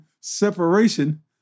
separation